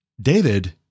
David